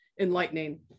enlightening